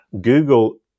Google